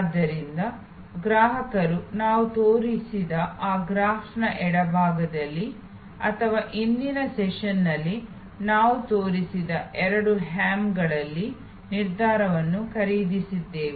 ಆದ್ದರಿಂದ ಗ್ರಾಹಕರು ನಾವು ತೋರಿಸಿದ ಆ ಗ್ರಾಫ್ನ ಎಡಭಾಗದಲ್ಲಿ ಅಥವಾ ಹಿಂದಿನ ಸೆಷನ್ನಲ್ಲಿ ನಾವು ತೋರಿಸಿದ ಎರಡು ಹ್ಯಾಮ್ಗಳಲ್ಲಿ ನಿರ್ಧಾರವನ್ನು ಖರೀದಿಸಿದ್ದೇವೆ